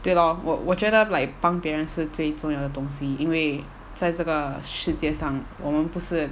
对咯我我觉得 like 帮别人是最重要的东西因为在这个世界上我们不是